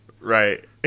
Right